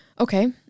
Okay